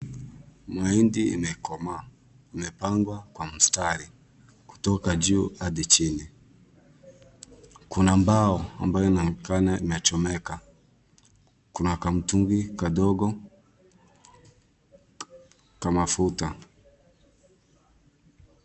Mahindi imekomaa. Imepangwa kwa mstari kutoka juu hadi chini. Kuna mbao ambayo inaonekana inachomeka. Kuna kamtungi kadogo ka mafuta.